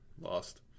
lost